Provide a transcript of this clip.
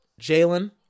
Jalen